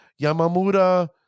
Yamamura